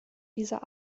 dieser